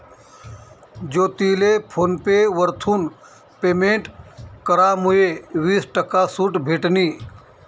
ज्योतीले PhonePe वरथून payment करामुये वीस टक्का सूट भेटनी